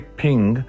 ping